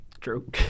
True